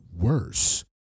worse